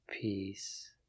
peace